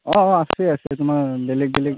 অঁ অঁ আছে আছে তোমাৰ বেলেগ বেলেগ